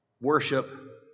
worship